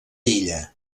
illa